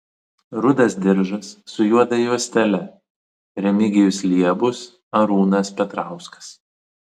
rudas diržas su juoda juostele remigijus liebus arūnas petrauskas